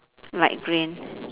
light green